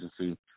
Agency